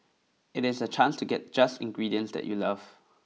it is a chance to get just ingredients that you love